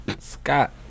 Scott